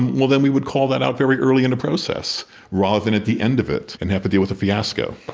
well then we would call that out very early in the process rather than at the end of it and have to deal with the fiasco.